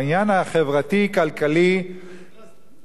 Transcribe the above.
בעניין החברתי-כלכלי נכנסת.